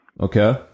Okay